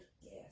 Yes